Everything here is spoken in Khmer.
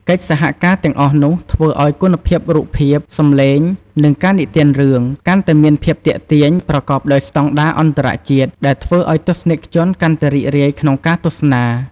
កិច្ចសហការទាំងអស់នោះធ្វើឲ្យគុណភាពរូបភាព សំឡេង និងការនិទានរឿង កាន់តែមានភាពទាក់ទាញ ប្រកបដោយស្តង់ដារអន្តរជាតិ ដែលធ្វើឱ្យទស្សនិកជនកាន់តែរីករាយក្នុងការទស្សនា។